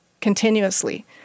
continuously